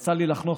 יצא לי לחנוך